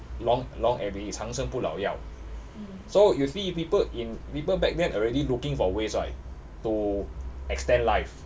long~ longevity 长生不老药 so you see people in people back then already looking for ways right to extend life